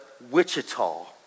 Wichita